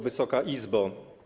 Wysoka Izbo!